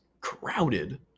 crowded